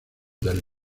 del